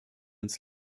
uns